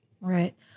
Right